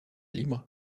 libres